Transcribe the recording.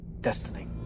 Destiny